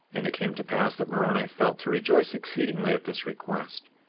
and it came to pass that moroni felt to rejoice exceedingly at this request,